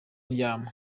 ndyama